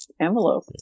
envelope